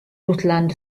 rutland